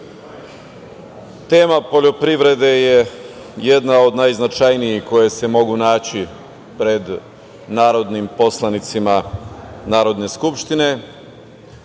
tema poljoprivrede je jedna od najznačajnijih koje se mogu naći pred narodnim poslanicima Narodne skupštine.